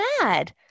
mad